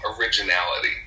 originality